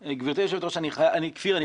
כפיר,